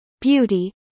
Beauty